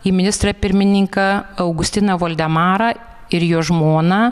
į ministrą pirmininką augustiną voldemarą ir jo žmoną